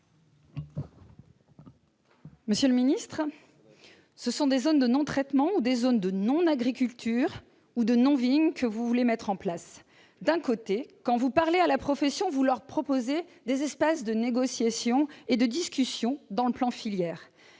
Monsieur le ministre, ce sont des zones de non-traitement ou des zones de non-agriculture ou de non-vigne que vous voulez mettre en place ! D'un côté, quand vous parlez à la profession, vous lui proposez des espaces de négociations et de discussions dans le plan de filière.